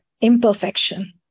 imperfection